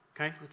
Okay